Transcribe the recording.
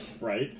Right